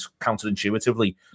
counterintuitively